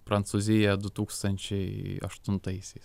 prancūziją du tūkstančiai aštuntaisais